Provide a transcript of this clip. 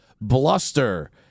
bluster